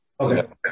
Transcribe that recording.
Okay